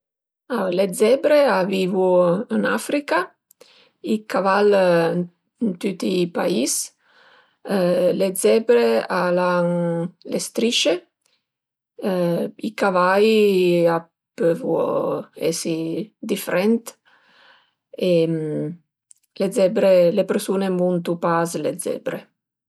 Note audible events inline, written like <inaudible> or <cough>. Le zebre a vivu ën Africa, i caval ën tüti i pais, le zebre al an le strisce <hesitation> i cavai a pövu esi difrent e le zebre le persun-e a muntu pas s'le zebre